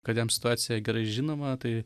kad jam situacija gerai žinoma tai